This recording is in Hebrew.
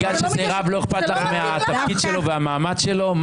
בגלל שזה רב לא אכפת לך מהתפקיד שלו ומהמעמד שלו?